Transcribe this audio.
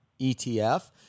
ETF